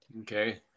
okay